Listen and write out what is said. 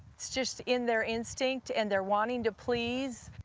it's just in their instinct and their wanting to please.